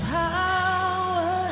power